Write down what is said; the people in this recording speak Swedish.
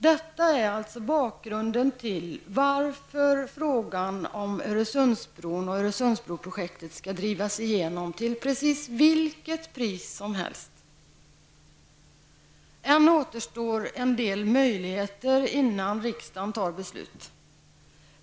Detta är alltså bakgrunden till att Öresundsbroprojektet skall drivas igenom till precis vilket pris som helst. Ännu återstår en del möjligheter innan riksdagen tar beslut.